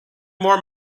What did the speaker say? more